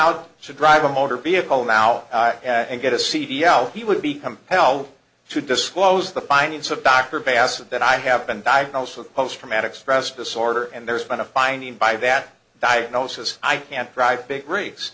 out to drive a motor vehicle now and get a cd out he would be compelled to disclose the findings of dr bassett that i have been diagnosed with post traumatic stress disorder and there's been a finding by that diagnosis i can't drive big rigs